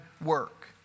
work